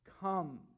come